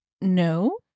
no